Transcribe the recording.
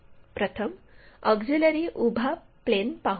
प्रथम ऑक्झिलिअरी उभा प्लेन पाहू